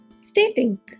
stating